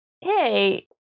hey